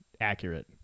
accurate